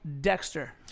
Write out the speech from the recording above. Dexter